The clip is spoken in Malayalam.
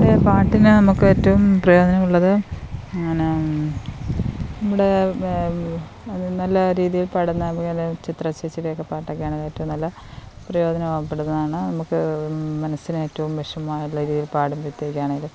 ഇവിടെ പാട്ടിന് നമുക്ക് ഏറ്റോം പ്രയോജനമുള്ളത് പിന്നേം ഇമ്മടെ നല്ല രീതിയിൽ പാടുന്ന ചിത്ര ചേച്ചീടക്കെ പാട്ടൊക്കെയാണ് ഏറ്റോം നല്ല പ്രയോജനപ്പെടുന്നതാണ് നമുക്ക് മനസ്സിനേറ്റോം വിഷമമുള്ളൊരു പാടുമ്പോഴത്തേക്കാണേലും